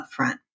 upfront